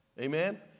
Amen